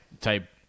type